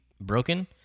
broken